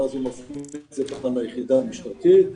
ואז מפנים ליחידה המשטרתית,